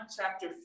chapter